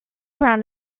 around